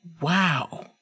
wow